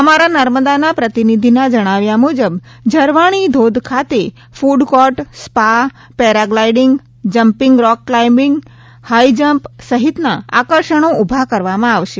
અમારા નર્મદાના પ્રતિનિધિના જણાવ્યા મુજબ ઝરવાણી ધોધ ખાતે food court spa paragliding jumping rock climbing high jump સહિતના આકર્ષણો ઉભા કરવામાં આવશે